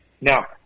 Now